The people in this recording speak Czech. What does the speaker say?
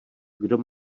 kdo